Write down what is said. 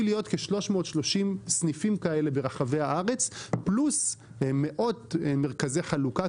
להיות עם כ-330 סניפים כאלה ברחבי הארץ פלוס מאות מרכזי חלוקה.